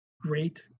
great